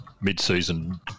mid-season